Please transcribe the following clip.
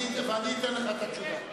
ואני אתן לך את התשובה.